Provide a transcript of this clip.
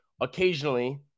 occasionally